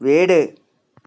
വീട്